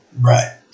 Right